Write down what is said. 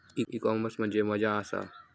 E commerce म्हणजे मझ्या आसा?